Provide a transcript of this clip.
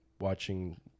watching –